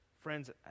Friends